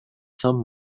some